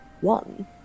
one